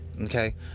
okay